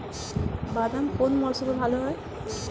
বাদাম কোন মরশুমে ভাল হয়?